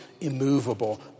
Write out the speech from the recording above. immovable